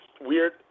weird